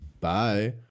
bye